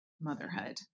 motherhood